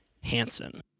Hansen